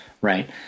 Right